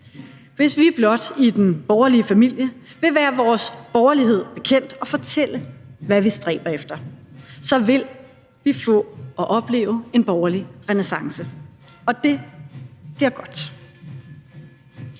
Hvis vi blot i den borgerlige familie vil være vores borgerlighed bekendt og fortælle, hvad vi stræber efter, så vil vi få og opleve en borgerlig renæssance, og det bliver godt.